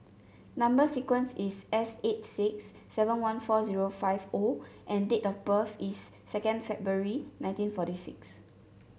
number sequence is S eight six seven one four zero five O and date of birth is second February nineteen forty six